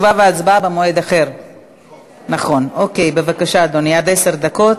הצעת חוק לתיקון פקודת התעבורה (מרכז שירות ארצי לעניין כרטיס "רב-קו"),